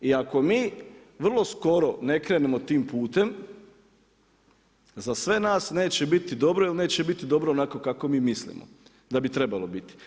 I ako mi vrlo skoro ne krenemo tim putem, za sve nas neće biti dobro jer neće biti dobro onako kako mi mislimo da bi trebalo biti.